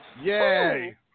Yay